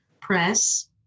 Press